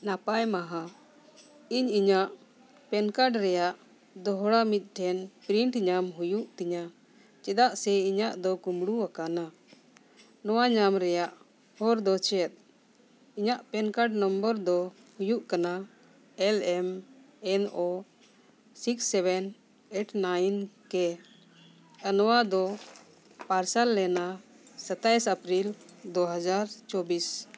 ᱱᱟᱯᱟᱭ ᱢᱟᱦᱟ ᱤᱧ ᱤᱧᱟᱹᱜ ᱯᱮᱱ ᱠᱟᱨᱰ ᱨᱮᱭᱟᱜ ᱫᱚᱦᱲᱟ ᱢᱤᱫᱴᱮᱱ ᱯᱨᱤᱱᱴ ᱧᱟᱢ ᱦᱩᱭᱩᱜ ᱛᱤᱧᱟ ᱪᱮᱫᱟᱜ ᱥᱮ ᱤᱧᱟᱹᱜ ᱫᱚ ᱠᱩᱢᱲᱩ ᱟᱠᱟᱱᱟ ᱱᱚᱣᱟ ᱧᱟᱢ ᱨᱮᱭᱟᱜ ᱦᱚᱨ ᱫᱚ ᱪᱮᱫ ᱤᱧᱟᱹᱜ ᱯᱮᱱ ᱠᱟᱨᱰ ᱱᱚᱢᱵᱚᱨ ᱫᱚ ᱦᱩᱭᱩᱜ ᱠᱟᱱᱟ L M N O six seven eight nine K R ᱱᱚᱣᱟ ᱫᱚ ᱯᱟᱨᱥᱟᱞ ᱞᱮᱱᱟ ᱥᱟᱛᱟᱥ ᱮᱯᱨᱤᱞ ᱫᱩ ᱦᱟᱡᱟᱨ ᱪᱚᱵᱽᱵᱤᱥ